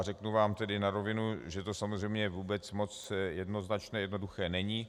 Řeknu vám na rovinu, že to samozřejmě vůbec moc jednoznačné a jednoduché není.